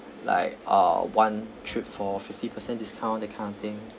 like uh one trip for fifty percent discount that kind of thing